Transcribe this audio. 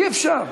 אי-אפשר.